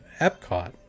Epcot